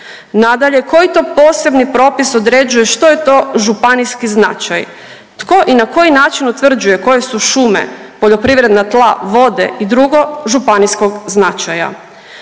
Nadalje koji to posebni propis određuje što je to županijski značaj, tko i na koji način utvrđuje koje su šume, poljoprivredna tla, vode i drugo županijskog značaja?